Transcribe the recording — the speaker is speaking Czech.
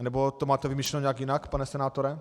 Nebo to máte vymyšleno nějak jinak, pane senátore?